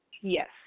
Yes